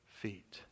feet